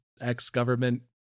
ex-government